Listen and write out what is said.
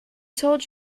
told